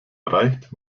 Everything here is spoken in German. erreicht